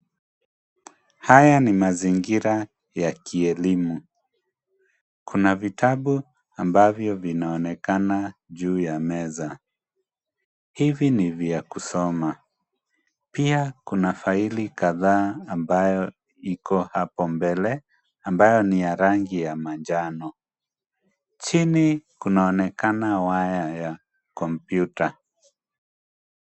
Haya ni mazingira ya kielimu. Kuna vitabu ambavyo vinaonekana juu ya meza. Hivi ni vya kusoma pia kuna faili kadhaa ambayo iko hapo mbele ambayo ni ya rangi ya manjano. Chini kunaonekana waya ya kompyuta.